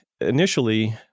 initially